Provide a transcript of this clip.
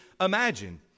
imagine